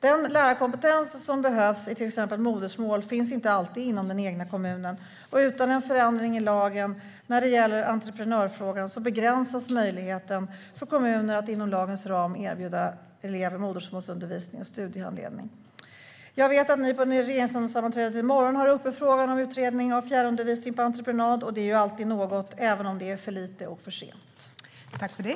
Den lärarkompetens som behövs i exempelvis modersmål finns inte alltid inom den egna kommunen, och utan en förändring i lagen när det gäller entreprenörsfrågan begränsas möjligheten för kommuner att inom lagens ram erbjuda elever modersmålsundervisning och studiehandledning. Jag vet att ni kommer att behandla frågan om utredning av fjärrundervisning på entreprenad på regeringssammanträdet i morgon. Det är ju alltid något, även om det är för lite och för sent.